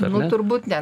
nu turbūt ne